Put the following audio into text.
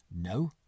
no